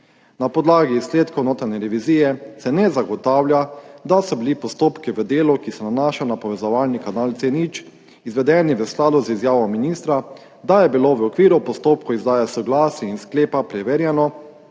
Na podlagi izsledkov notranje revizije se ne zagotavlja, da so bili postopki v delu, ki se nanaša na povezovalni kanal C0, izvedeni v skladu z izjavo ministra, da je bilo v okviru postopkov izdaje soglasij in sklepa preverjeno,